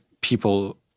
People